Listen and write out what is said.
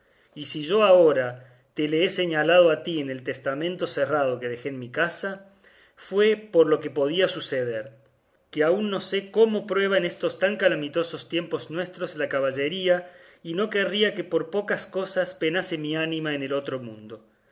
y si yo ahora te le he señalado a ti en el testamento cerrado que dejé en mi casa fue por lo que podía suceder que aún no sé cómo prueba en estos tan calamitosos tiempos nuestros la caballería y no querría que por pocas cosas penase mi ánima en el otro mundo